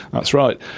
that's right.